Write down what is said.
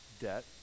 debt